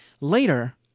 Later